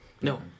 No